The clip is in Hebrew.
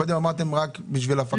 קודם אמרתם שרק לשם הפקת דוחות.